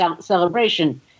celebration